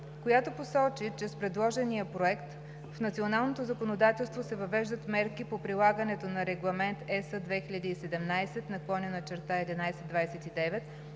която посочи, че с предложения проект в националното законодателство се въвеждат мерки по прилагането на Регламент (ЕС) 2017/1129